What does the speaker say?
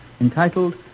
entitled